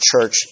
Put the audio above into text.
church